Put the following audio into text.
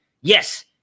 Yes